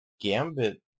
Gambit